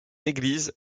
église